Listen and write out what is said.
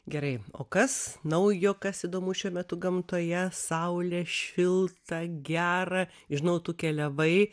gerai o kas naujo kas įdomu šiuo metu gamtoje saulė šilta gera žinau tu keliavai